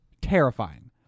terrifying